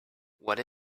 what